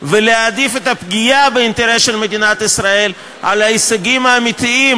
ולהעדיף את הפגיעה באינטרס של מדינת ישראל על ההישגים האמיתיים,